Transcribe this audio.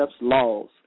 laws